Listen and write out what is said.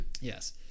Yes